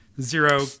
zero